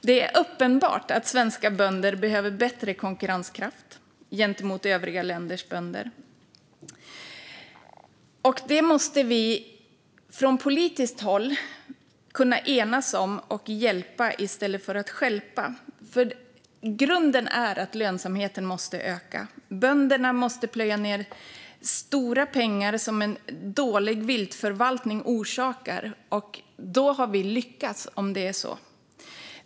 Det är uppenbart att svenska bönder behöver bättre konkurrenskraft gentemot övriga länders bönder. Från politiskt håll måste vi kunna enas om detta och hjälpa i stället för att stjälpa. Grunden är att lönsamheten måste öka. Om bönderna måste plöja ned stora pengar som en dålig viltförvaltning orsakar har vi misslyckats.